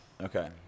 Okay